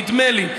נדמה לי,